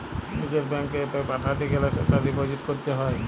লিজের ব্যাঙ্কত এ টাকা পাঠাতে গ্যালে সেটা ডিপোজিট ক্যরত হ্য়